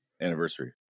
anniversary